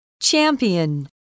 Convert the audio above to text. Champion